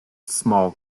small